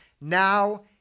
now